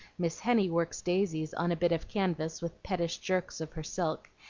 miss henny works daisies on a bit of canvas with pettish jerks of her silk,